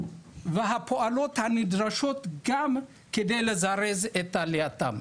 והפעולות הנדרשות גם כדי לזרז את עלייתם.